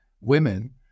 Women